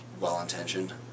well-intentioned